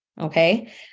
Okay